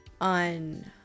on